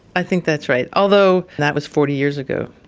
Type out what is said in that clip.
i think that's right, although that was forty years ago.